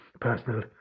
personal